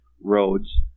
roads